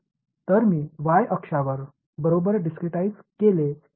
எனவே நான் y அச்சில் தனித்தனியாக இருக்க வேண்டும்